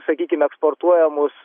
sakykim eksportuojamus